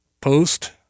post